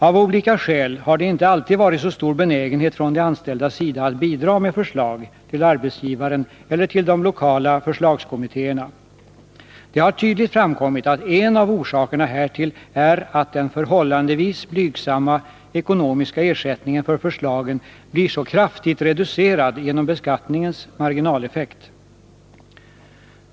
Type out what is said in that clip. Av olika skäl har det inte alltid varit så stor benägenhet från de anställdas sida att bidra med förslag till arbetsgivaren eller till de lokala förslagskommittéerna. Det har tydligt framkommit att en av orsakerna härtill är att den förhållandevis blygsamma ekonomiska ersättningen för förslagen blir så kraftigt reducerad genom beskattningens marginaleffekt.